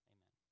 Amen